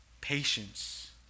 patience